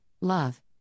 love